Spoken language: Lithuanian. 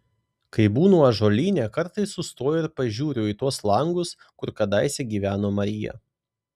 kai būnu ąžuolyne kartais sustoju ir pažiūriu į tuos langus kur kadaise gyveno marija